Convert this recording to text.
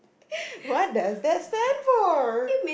what does that stand for